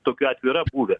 tokių atvejų yra buvę